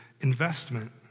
investment